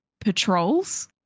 patrols